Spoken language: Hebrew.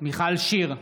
מיכל שיר סגמן,